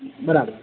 બરાબર